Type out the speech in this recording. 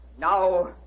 Now